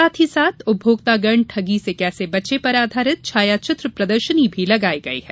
साथ ही साथ उपभोक्तागण ठगी से कैसे बचें पर आधारित छायाचित्र प्रदर्शनी भी प्रदर्शित की गई है